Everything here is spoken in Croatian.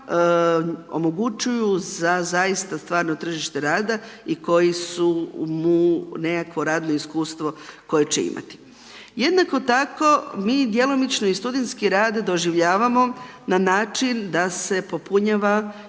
njima omogućuju za zaista tržište rada i koji su mu nekakvo radno iskustvo koje će imati. Jednako tako mi djelomično i studentski rad doživljavamo na način da se popunjava